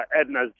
Edna's